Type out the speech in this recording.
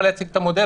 או להציג את המודל,